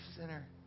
sinner